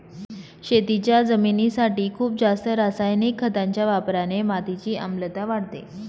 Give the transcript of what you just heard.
शेतीच्या जमिनीसाठी खूप जास्त रासायनिक खतांच्या वापराने मातीची आम्लता वाढते